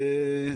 מבורך.